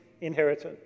inheritance